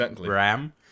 RAM